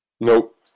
Nope